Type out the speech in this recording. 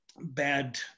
bad